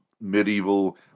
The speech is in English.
medieval